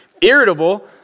Irritable